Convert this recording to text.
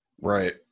Right